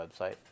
website